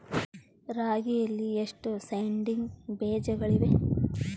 ರಾಗಿಯಲ್ಲಿ ಎಷ್ಟು ಸೇಡಿಂಗ್ ಬೇಜಗಳಿವೆ?